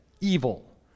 evil